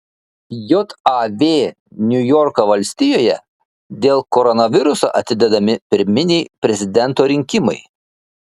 jav niujorko valstijoje dėl koronaviruso atidedami pirminiai prezidento rinkimai